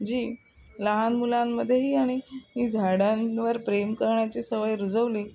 जी लहान मुलांमध्येही आणि ही झाडांवर प्रेम करण्याची सवय रुजवली